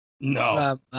No